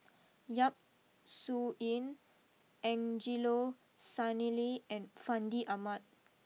Yap Su Yin Angelo Sanelli and Fandi Ahmad